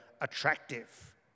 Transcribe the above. attractive